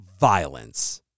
violence